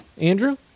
Andrew